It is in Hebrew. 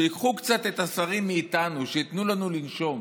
שייקחו קצת את השרים מאיתנו, שייתנו לנו לנשום.